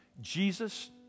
Jesus